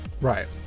Right